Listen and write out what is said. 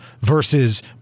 versus